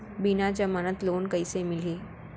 बिना जमानत लोन कइसे मिलही?